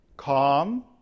Calm